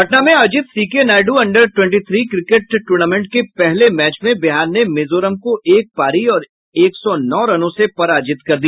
पटना में आयोजित CK Naidu under twenty three cricket tournament के पहले मैच में बिहार ने मिजोरम को एक पारी और एक सौ नौ रनों से पराजित कर दिया